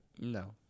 No